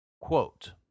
Quote